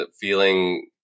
feeling